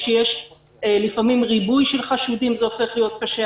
כשיש לפעמים ריבוי של חשודים זה הופך להיות קשה.